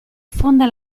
fonda